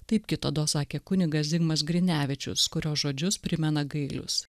taip kitados sakė kunigas zigmas grinevičius kurio žodžius primena gailius